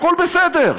הכול בסדר.